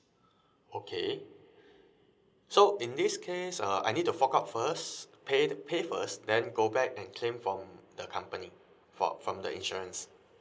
okay so in this case uh I need to fork out first pay pay first then go back and claim from the company from from the insurance